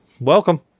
welcome